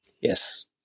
Yes